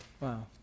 wow